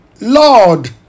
Lord